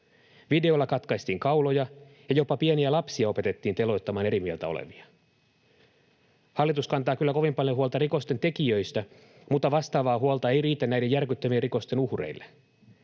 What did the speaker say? Videoilla katkaistiin kauloja ja jopa pieniä lapsia opetettiin teloittamaan eri mieltä olevia. Hallitus kantaa kyllä kovin paljon huolta rikosten tekijöistä, mutta vastaavaa huolta ei riitä näiden järkyttävien rikosten uhreille.